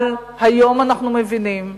אבל היום אנחנו מבינים,